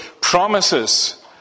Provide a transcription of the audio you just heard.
promises